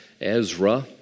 Ezra